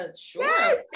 sure